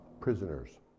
prisoners